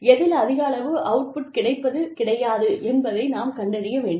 எதில் அதிக அளவு அவுட் புட் கிடைப்பது கிடையாது என்பதை நாம் கண்டறிய வேண்டும்